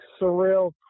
surreal